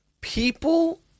People